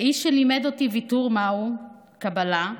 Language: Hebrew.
האיש שלימד אותי ויתור מהו, קבלה,